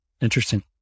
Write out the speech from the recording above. Interesting